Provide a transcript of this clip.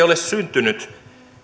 ole